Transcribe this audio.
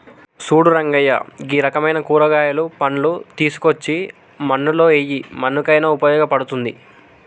సూడు రంగయ్య గీ రకమైన కూరగాయలు, పండ్లు తీసుకోచ్చి మన్నులో ఎయ్యి మన్నుకయిన ఉపయోగ పడుతుంది